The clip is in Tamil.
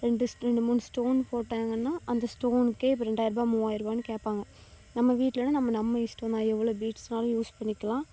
ரெண்டு ரெண்டு மூணு ஸ்டோன் போட்டாங்கன்னால் அந்த ஸ்டோனுக்கே இப்ப ரெண்டாயர ருபாய் மூவாயர ருபாய்னு கேட்பாங்க நம்ம வீட்லேனா நம்ம நம்ம இஷ்டம் தான் எவ்வளோ பீட்ஸ்னாலும் யூஸ் பண்ணிக்கலாம்